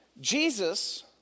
Jesus